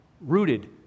rooted